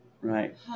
right